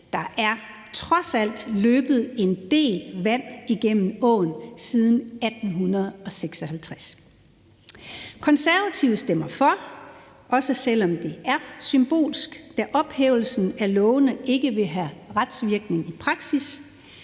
Der er trods alt løbet en del vand gennem åen siden 1856. Konservative stemmer for, også selv om det er symbolsk, da ophævelsen af lovene ikke vil have retsvirkning i praksis.